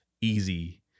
easy